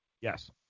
Yes